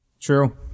True